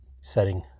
setting